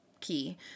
key